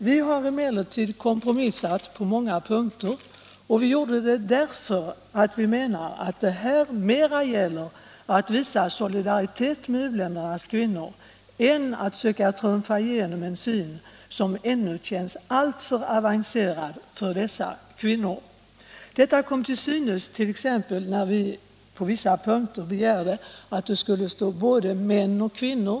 Vi har kompromissat på många punkter, och vi gjorde det därför att vi menar att det här mera gäller att visa solidaritet med u-ländernas kvinnor än att söka trumfa igenom en syn som ännu känns alltför avancerad för dessa kvinnor. Detta kom till synes t.ex. när vi på vissa punkter begärde att det i texten skulle stå ”män och kvinnor”.